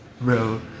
Bro